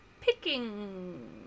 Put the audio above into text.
picking